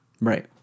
Right